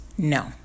No